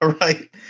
Right